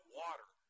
water